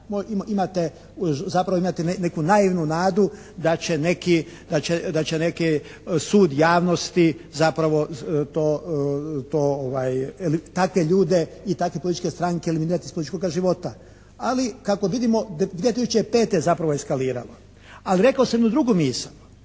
imate neki naivnu nadu da će neki sud javnosti zapravo to, takve ljude i takve političke stranke eliminirati iz političkoga života. Ali kako vidimo 2005. je zapravo je eskaliralo. Ali rekao sam jednu drugu misao.